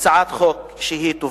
הצעת חוק טובה,